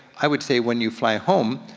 i would say when you fly home,